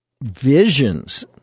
visions